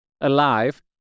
alive